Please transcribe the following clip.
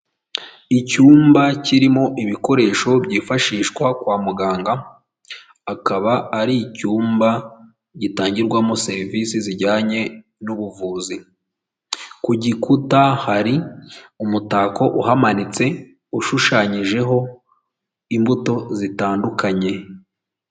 Icyumba kirimo ibikoresho byifashishwa kwa muganga akaba ari icyumba gitangirwamo serivisi zijyanye n'ubuvuzi, ku gikuta hari umutako uhamanitse ushushanyijeho imbuto zitandukanye.